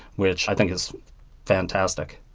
which i think is fantastic.